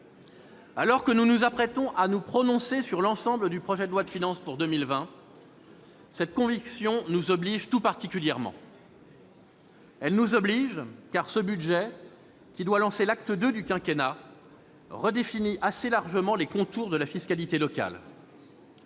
Alors que nous nous apprêtons à nous prononcer sur l'ensemble du projet de loi de finances pour 2020, cette conviction nous oblige tout particulièrement. Elle nous oblige parce que ce budget, qui doit lancer l'acte II du quinquennat, redéfinit assez largement les contours de la fiscalité locale.